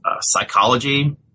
psychology